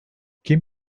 kim